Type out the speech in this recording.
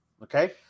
Okay